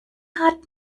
hat